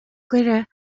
gcuireadh